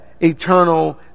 eternal